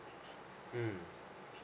mm